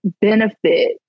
benefit